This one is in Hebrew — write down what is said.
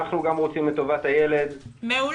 אנחנו גם רוצים את טובת הילד --- מעולה,